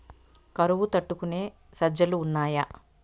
కరువు తట్టుకునే సజ్జలు ఉన్నాయా